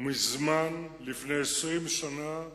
מזמן, לפני 20 שנה,